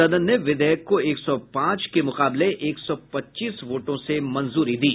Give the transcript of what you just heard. सदन ने विधेयक को एक सौ पांच के मुकाबले एक सौ पच्चीस वोटों से मंजूरी दी